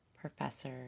Professor